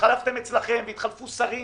והתחלפתם אצלכם והתחלפו שרים